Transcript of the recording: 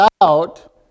out